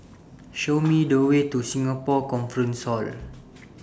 Show Me The Way to Singapore Conference Hall